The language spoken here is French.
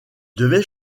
devaient